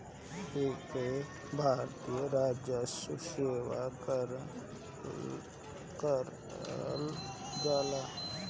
एके भारतीय राजस्व सेवा कर कहल जाला